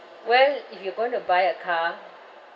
well if you're going to buy a car